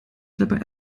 dabei